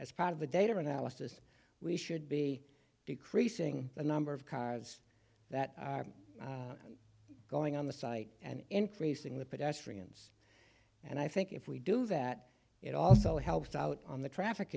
as part of the data analysis we should be decreasing the number of cars that are going on the site and increasing the pedestrians and i think if we do that it also helps out on the traffic